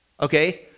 okay